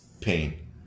pain